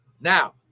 now